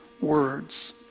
words